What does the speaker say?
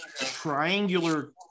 triangular